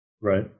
Right